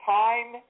time